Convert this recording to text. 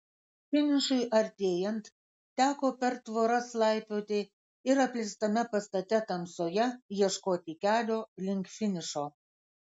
finišui artėjant teko per tvoras laipioti ir apleistame pastate tamsoje ieškoti kelio link finišo